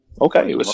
Okay